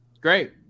great